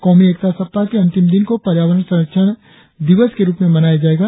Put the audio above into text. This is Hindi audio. कौमी एकता सप्ताह के अंतिम दिन को पर्यावरण संरक्षण दिवस के रुप में मनाया जाएगा